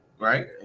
right